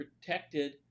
protected